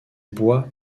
bois